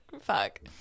fuck